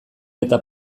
eta